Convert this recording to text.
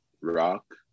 rock